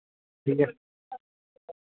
ठीक है